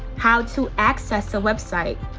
how to access a website,